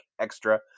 Extra